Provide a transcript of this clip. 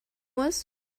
was